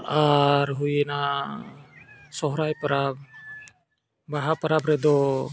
ᱟᱨ ᱦᱩᱭᱮᱱᱟ ᱥᱚᱦᱚᱨᱟᱭ ᱯᱚᱨᱚᱵᱽ ᱵᱟᱦᱟ ᱯᱚᱨᱚᱵᱽ ᱨᱮᱫᱚ